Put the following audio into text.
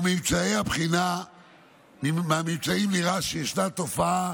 ומממצאי הבחינה נראה כי ישנה תופעה